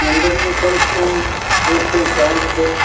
मुंडन में कम से कम एक सौ इक्यावन रुपये